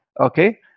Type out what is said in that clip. okay